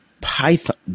python